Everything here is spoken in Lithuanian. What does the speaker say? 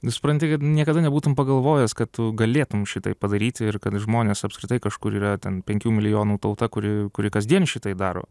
nu supranti kad niekada nebūtum pagalvojęs kad tu galėtum šitaip padaryti ir kad žmonės apskritai kažkur yra ten penkių milijonų tauta kuri kuri kasdien šitai daro